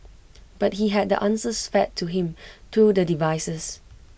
but he had the answers fed to him through the devices